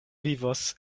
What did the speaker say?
vivos